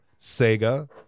Sega